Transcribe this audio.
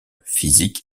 physique